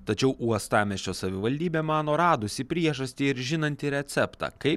tačiau uostamiesčio savivaldybė mano radusi priežastį ir žinanti receptą kaip